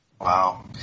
Wow